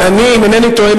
אם אינני טועה,